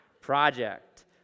project